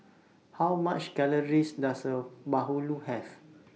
How much Calories Does A Bahulu Have